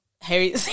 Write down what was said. Harry